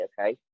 okay